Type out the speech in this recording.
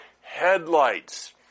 Headlights